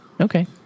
okay